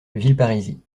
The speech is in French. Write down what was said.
villeparisis